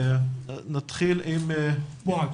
נתחיל עם בועז.